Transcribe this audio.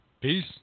Peace